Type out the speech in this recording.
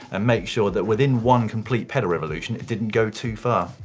and make sure that within one complete pedal revolution, it didn't go too far.